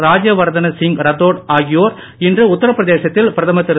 ராஜ்யவர்தன் சிங் ராத்தோர் ஆகியோர் இன்று உத்தரப் பிரதேசத்தில் பிரதமர திரு